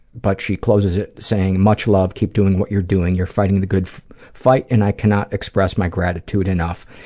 but she closes it saying much love. keep doing what you're doing. you're fighting the good fight and i cannot express my gratitude enough.